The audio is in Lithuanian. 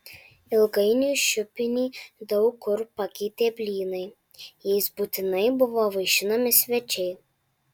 ilgainiui šiupinį daug kur pakeitė blynai jais būtinai buvo vaišinami svečiai